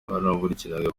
wanabakurikirana